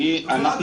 אגב,